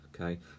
Okay